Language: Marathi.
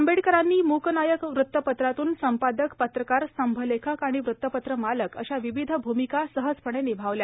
आंबेडकरांनी मूकनायक वृतपत्रातून संपादक पत्रकार स्तंभलेखक आणि वृतपत्र मालक अशा विविध भूमिका सहजपणे निभावल्या